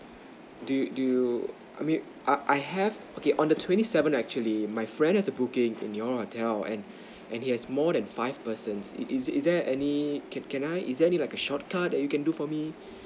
do you do you I mean I I have okay on the twenty seven actually my friend has a booking in your hotel and and he has more than five persons it is is there any can can can I is there any like a shortcut you can do for me